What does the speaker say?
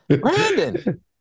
Brandon